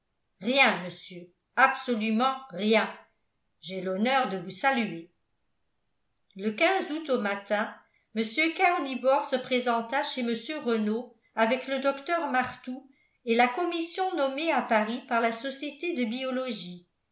rien monsieur absolument rien j'ai l'honneur de vous saluer le août au matin mr karl nibor se présenta chez mr renault avec le docteur martout et la commission nommée à paris par la société de biologie